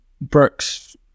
brooks